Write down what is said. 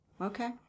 okay